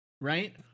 right